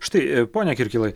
štai pone kirkilai